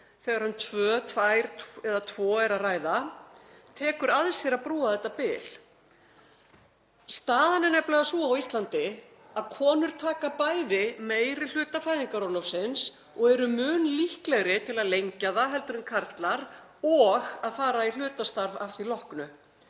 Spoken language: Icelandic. þegar um tvö, tvær eða tvo er að ræða, tekur að sér að brúa þetta bil. Staðan er nefnilega sú á Íslandi að konur taka bæði meiri hluta fæðingarorlofsins og eru mun líklegri til að lengja það heldur en karlar og að fara í hlutastarf að því loknu.